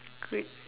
good